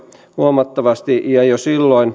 huomattavasti ja jo silloin